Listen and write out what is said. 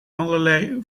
allerlei